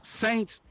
Saints